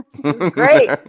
Great